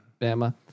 Bama